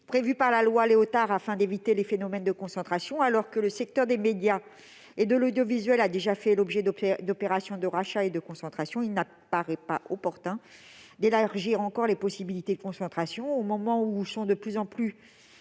prévu par la loi Léotard pour éviter les phénomènes de concentration. Alors que le secteur des médias et de l'audiovisuel a déjà fait l'objet d'opérations de rachat et de concentration, il n'apparaît pas opportun d'élargir encore de telles possibilités. Au moment où les discours médiatiques sont de plus en plus